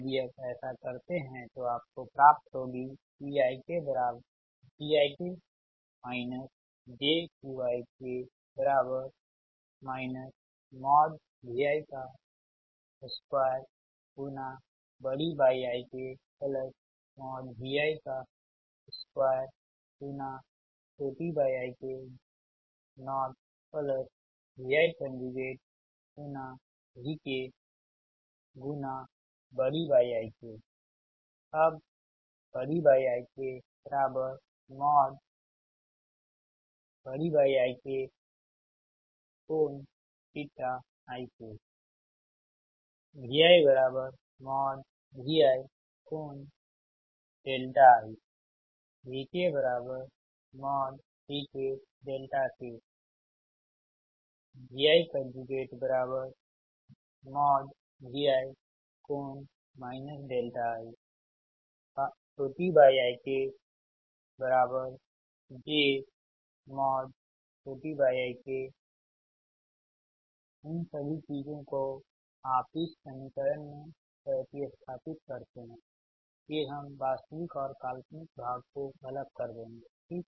यदि आप ऐसा करते है तो आपको प्राप्त होगी Pik jQik Vi2YikVi2yik 0Vi VkYik अब इन सभी चीजों को आप इस समीकरण में प्रति स्थापित करते हैं फिर हम वास्तविक और काल्पनिक भाग को अलग कर देंगे ठीक